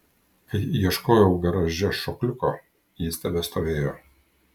kai ieškojau garaže šokliuko jis tebestovėjo